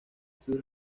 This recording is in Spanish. sus